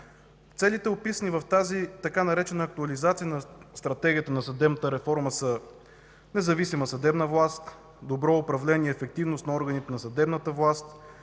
Целите, описани в тази така наречена „Актуализация на Стратегията на съдебната реформа”, са независима съдебна власт, добро управление, ефективност на органите на съдебната власт,